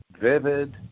vivid